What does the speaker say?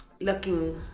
looking